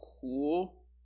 cool